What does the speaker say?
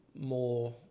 more